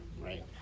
right